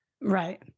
Right